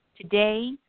Today